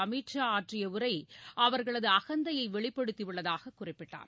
அமீத் ஷா ஆற்றிய உரை அவர்களது அகந்தயை வெளிப்படுத்திவுள்ளதாக குறிப்பிட்டார்